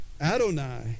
Adonai